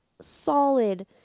solid